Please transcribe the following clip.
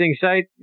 site